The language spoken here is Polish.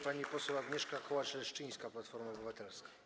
Pani poseł Agnieszka Kołacz-Leszczyńska, Platforma Obywatelska.